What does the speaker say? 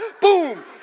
Boom